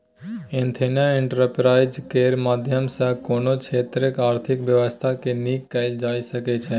ethnic enterprise केर माध्यम सँ कोनो क्षेत्रक आर्थिक बेबस्था केँ नीक कएल जा सकै छै